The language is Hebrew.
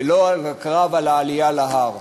ולא הקרב על העלייה להר.